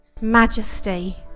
majesty